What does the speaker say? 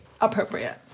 appropriate